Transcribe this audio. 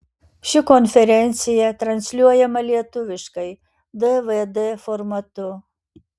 ši konferencija transliuojama lietuviškai dvd formatu